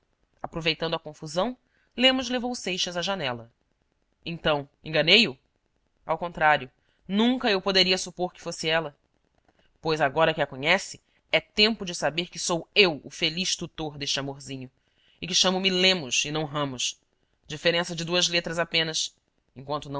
aproveitando a confusão lemos levou seixas à janela então enganei o ao contrário nunca eu poderia supor que fosse ela pois agora que a conhece é tempo de saber que sou eu o feliz tutor deste amorzinho e que chamo-me lemos e não ramos diferença de duas letras apenas enquanto